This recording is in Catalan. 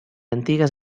antigues